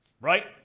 Right